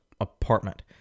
apartment